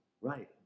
Right